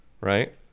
right